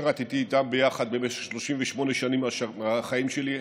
שירתי איתם ביחד במשך 38 שנים מהחיים שלי.